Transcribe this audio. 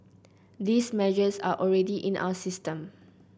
these measures are already in our system